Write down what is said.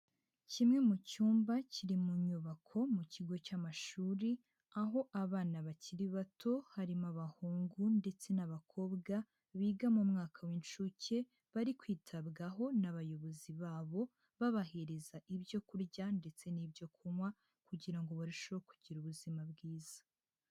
Kimwe mu cyumba kiri mu nyubako mu kigo cy'amashuri aho abana bakiri bato harimo abahungu ndetse n'abakobwa biga mu umwaka w'incuke bari kwitabwaho n'abayobozi babo babahereza ibyo kurya ndetse n'ibyo kunywa kugira ngo barusheho kugira ubuzima bwiza.